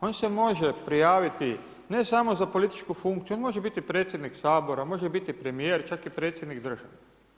On se može prijaviti ne samo za političku funkciju, on može biti predsjednik Sabora, on može biti premijer, čak i predsjednik države.